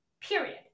period